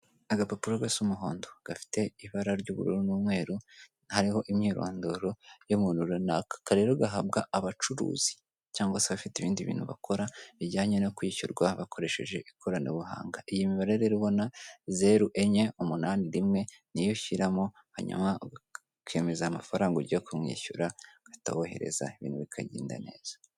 Agapapuro gasa umuhondo, gafite ibara ry'ubururu n'umweru, hariho imyirondoro y'umuntu runaka. Aka rero gahabwa abacuruzi cyangwa se abafite ibindi bintu bakora bijyanye no kwishyurwa bakoresheje ikoranabuhanga. Iyi mibare rero ubona zeru enye, umunani rimwe, ni yo ushyiramo hanyuma ukemeza amafaranga ugiye kumwishyura, ugahita wohereza, ibintu bikagenda neza.